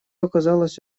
оказалось